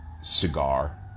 cigar